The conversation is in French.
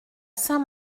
saint